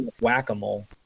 whack-a-mole